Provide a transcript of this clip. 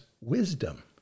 wisdom